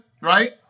right